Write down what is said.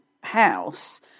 House